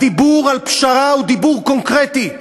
הדיבור על פשרה הוא דיבור קונקרטי.